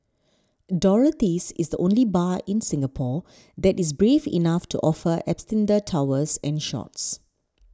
Dorothy's is the only bar in Singapore that is brave enough to offer Absinthe towers and shots